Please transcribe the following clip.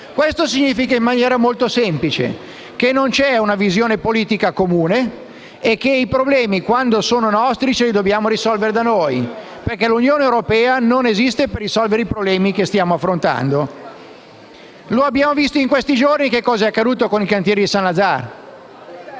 Questo significa, in maniera molto semplice, che non c'è una visione politica comune e che i problemi, quando sono nostri, ce li dobbiamo risolvere da noi, perché l'Unione europea non esiste per risolvere i problemi che stiamo affrontando. Lo abbiamo visto in questi giorni cosa è accaduto con i cantieri Saint-Nazaire.